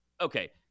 okay